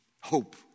Hope